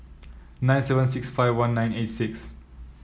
nine seven six five one nine eight six